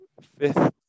Fifth